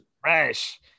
fresh